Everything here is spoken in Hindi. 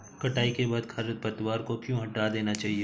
कटाई के बाद खरपतवार को क्यो हटा देना चाहिए?